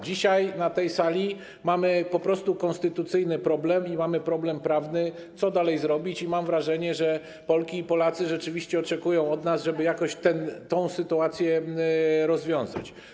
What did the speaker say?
Dzisiaj na tej sali mamy po prostu problem konstytucyjny i mamy problem prawny, co dalej zrobić, i mam wrażenie, że Polki i Polacy rzeczywiście oczekują od nas, żeby jakoś ten problem rozwiązać.